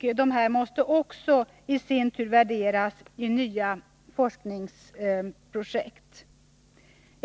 vilka i sin tur måste värderas i nya forskningsprojekt.